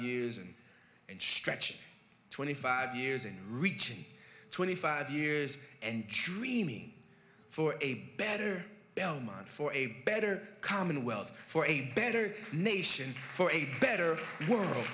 years and stretch twenty five years in reaching twenty five years and three me for a better belmont for a better commonwealth for a better nation for a better world